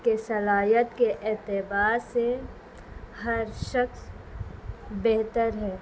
کے صلاحیت کے اعتبار سے ہر شخص بہتر ہے